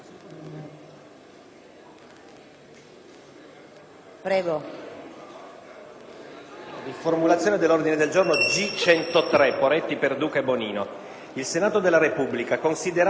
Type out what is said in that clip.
Il Senato della Repubblica, considerate le